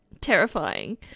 terrifying